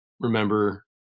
remember